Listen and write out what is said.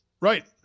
Right